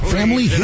Family